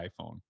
iPhone